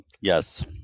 yes